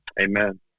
amen